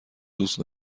دوست